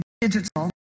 digital